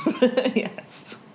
Yes